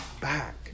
back